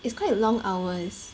it's quite long hours